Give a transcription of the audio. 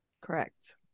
correct